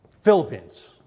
Philippines